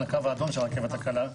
הקו האדום של הרכבת הקלה,